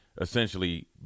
essentially